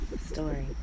Story